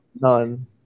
none